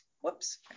Whoops